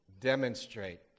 demonstrate